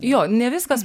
jo ne viskas